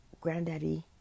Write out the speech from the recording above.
granddaddy